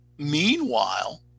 Meanwhile